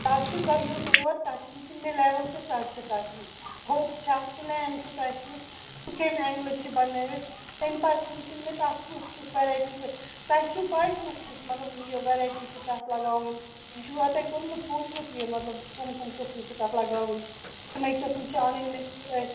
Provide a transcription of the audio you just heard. تَتھ چھُ گر یُن اور تَتھ چھِ وُچھُن مےٚ لیوَل کۭژاہ چھِ تَتھ تھوٚد چھا پُلین کوٗتاہ چھُ سُہ کمہِ ایٮنٛگلہٕ چھِ بَنٲوِتھ تَمہِ پَتہٕ چھُ وُچھُن مےٚ تَتھ کُس کُس ویرایٹیٖز گژھِ تۄہہِ چھُ پےَ کُس کُس مطلب یہِ ویرایٹی چھِ تَتھ لَگاوُن یہِ چھُوا تۄہہِ کوٚرمُت سوٗنٛچمُت یہِ مطلب کٕم کٕم قٕسٕم چھِ تَتھ لَگاوٕنۍ تِمَے قٕسم چھِ اَنٕنۍ مےٚ